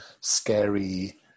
scary